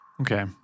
Okay